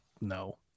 No